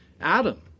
Adam